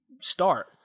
start